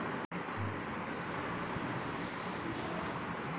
আমার আয় অনুযায়ী কোন কোন জীবন বীমা সহজে পেতে পারব তার একটি তালিকা কোথায় পাবো?